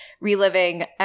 reliving